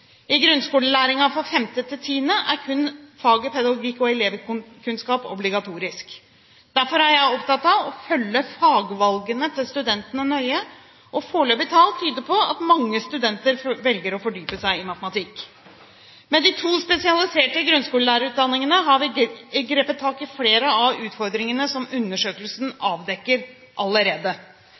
I grunnskolelærerutdanningen for 5.–10. trinn er kun faget pedagogikk og elevkunnskap obligatorisk. Derfor er jeg opptatt av å følge fagvalgene til studentene nøye, og foreløpige tall tyder på at mange studenter velger å fordype seg i matematikk. Med de to spesialiserte grunnskolelærerutdanningene har vi allerede grepet tak i flere av utfordringene som undersøkelsen avdekker.